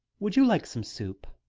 would you like some soup?